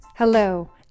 Hello